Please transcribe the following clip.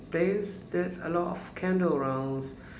then there's a lot of candle around